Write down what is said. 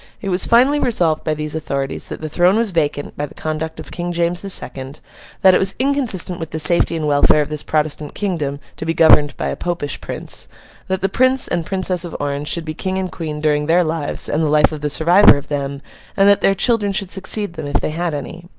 it was finally resolved by these authorities that the throne was vacant by the conduct of king james the second that it was inconsistent with the safety and welfare of this protestant kingdom, to be governed by a popish prince that the prince and princess of orange should be king and queen during their lives and the life of the survivor of them and that their children should succeed them, if they had any.